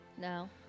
No